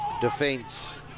defence